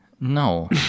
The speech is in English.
No